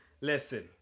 Listen